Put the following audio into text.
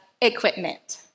equipment